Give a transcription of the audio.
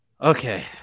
Okay